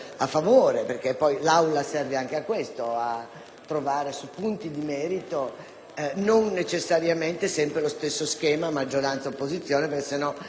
su punti di merito non necessariamente sempre lo stesso schema di maggioranza e opposizione, altrimenti la nostra funzione sarebbe completamente alterata.